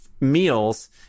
meals